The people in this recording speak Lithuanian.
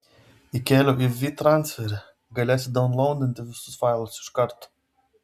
įkėliau į vytransferį galėsi daunlaudinti visus failus iš karto